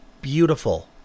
Beautiful